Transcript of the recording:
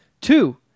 Two